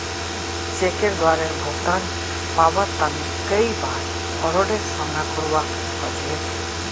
चेकेर द्वारे भुगतान पाबार तने कई बार फ्राडेर सामना करवा ह छेक